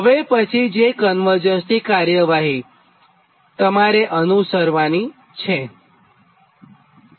હવે પછી છે કન્વર્જન્સની કાર્યવાહિજે તમારે અનુસરવાની હોય તે જોઇએ